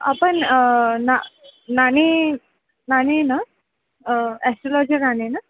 आपन ना नानी नानी ना ॲस्ट्रोलॉजर नानी ना